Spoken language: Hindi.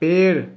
पेड़